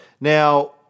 Now